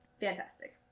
Fantastic